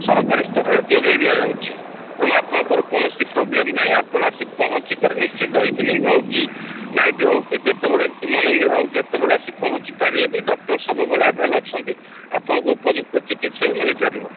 ସରକାରୀ ସ୍ତରରେ ଯୋଗାଇ ଦିଆଯାଉଛି ତେଣୁ ଆପଣଙ୍କର କୌଣସି ପ୍ରୋବ୍ଲେମ୍ ନାହିଁ ଆପଣ ଆସି ପହଞ୍ଚିକରି ନିଶ୍ଚିନ୍ତ ଇଭିନିଙ୍ଗ୍ ହେଉ କି ନାଇଟ୍ ହେଉ କି ଯେତେବେଳେ କି ମର୍ନିଙ୍ଗ୍ ହେଉ ଯେତେବେଳେ ଆସି ପହଞ୍ଚିପାରିବେ ବି ଡକ୍ଟର୍ ସବୁବେଳେ ଆଭେଲ୍ ଅଛନ୍ତି ଆପଣଙ୍କୁ ଉପଯୁକ୍ତ ଚିକିତ୍ସା ବି ମିଳିପାରିବ